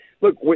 Look